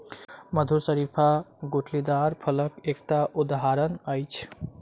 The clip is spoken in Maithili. मधुर शरीफा गुठलीदार फलक एकटा उदहारण अछि